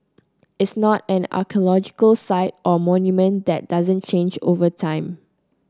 its not an archaeological site or monument that doesn't change over time